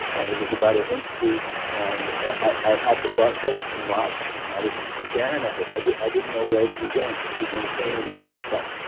and it was about an inch deep and i had the bucket and mop, and i was staring at it. i didn't i didn't know where to begin, to begin cleaning this mess up.